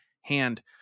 hand